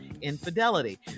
infidelity